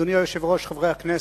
אדוני היושב-ראש, חברי הכנסת,